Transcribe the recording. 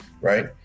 right